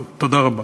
טוב, תודה רבה.